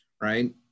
Right